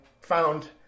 found